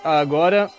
agora